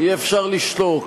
אי-אפשר לשתוק.